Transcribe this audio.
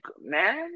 man